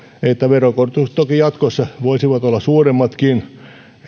että veronkorotukset toki jatkossa voisivat olla suuremmatkin